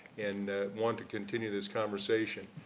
and want to continue this conversation.